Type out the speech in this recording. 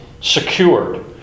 secured